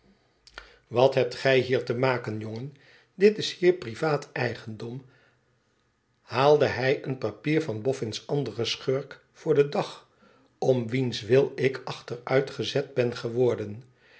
x hebt gij hier te maken jongen dit is hier privaat eigendom haalde hij een papier van boffin's anderen schurk voor den dag om wiens wil ik achteniitgezet ben geworden